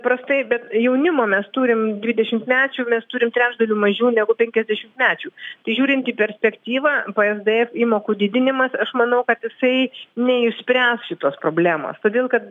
prastai bet jaunimo mes turim dvidešimtmečių mes turim trečdaliu mažiau negu penkiasdešimtmečių žiūrint į perspektyvą psd įmokų didinimas aš manau kad jisai neišspręs šitos problemos todėl kad